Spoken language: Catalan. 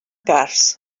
cars